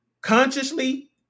consciously